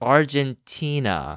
Argentina